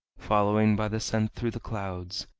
following by the scent through the clouds,